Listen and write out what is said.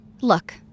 Look